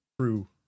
True